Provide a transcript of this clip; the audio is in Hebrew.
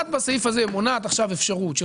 את בסעיף הזה מונעת עכשיו אפשרות של